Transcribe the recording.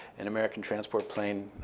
an american transport plane,